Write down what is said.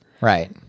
right